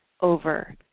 over